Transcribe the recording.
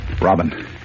Robin